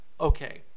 okay